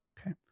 Okay